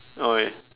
oh wait